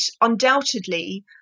undoubtedly